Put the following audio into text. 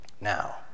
Now